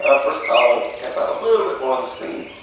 ah first, i'll type out a little bit more on the screen.